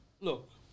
look